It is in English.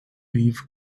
leaf